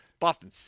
Boston